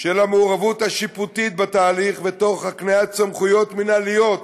של המעורבות השיפוטית בתהליך ותוך הקניית סמכויות מינהליות